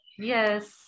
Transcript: Yes